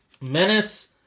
Menace